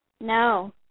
No